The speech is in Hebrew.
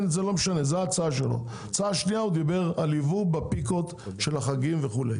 בהצעה השנייה הוא דיבר על ייבוא בפיקים של החגים.